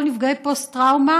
כל נפגעי הפוסט-טראומה,